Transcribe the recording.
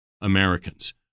Americans